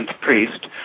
priest